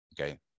okay